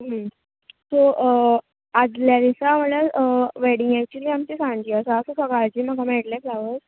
so आदल्या दिसां म्हळ्यार वेडींग एक्चुली आमचे सांजे आसा सो सकाळचे आमकां मेळटलें फ्लावर्स